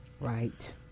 Right